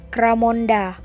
Kramonda